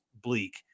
bleak